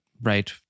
Right